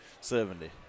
Seventy